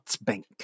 Bank